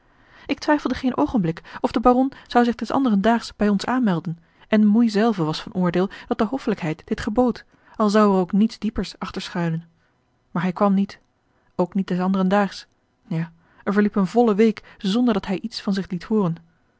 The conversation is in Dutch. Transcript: ik twijfelde geen oogenblik of de baron zou zich des anderen daags bij ons aanmelden en moei zelve was van oordeel dat de hoffelijkheid dit gebood al zou er ook niets diepers achter schuilen maar hij kwam niet ook niet des anderen daags ja er verliep eene volle week zonderdat hij iets van zich liet hooren